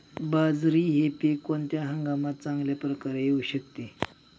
बाजरी हे पीक कोणत्या हंगामात चांगल्या प्रकारे येऊ शकते?